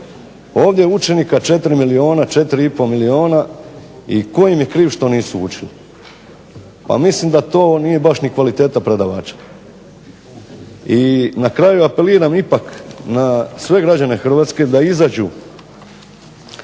Ovdje je učenika 4,5 milijuna i tko im je kriv što nisu učili. Mislim da to baš ni kvaliteta predavača. I na kraju ipak apeliram na sve građane Hrvatske da izađu